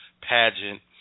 pageant